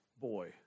boy